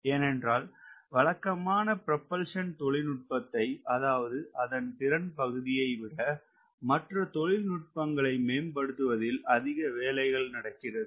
ஏனென்றால் வழக்கமான ப்ரொபல்ஷன் தொழில்நுட்பத்தை அதாவது அதன் திறன் பகுதியை விட மற்ற தொழில் நுட்பங்களை மேம்படுத்துவதில் அதிக வேலைகள் நடக்கிறது